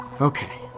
Okay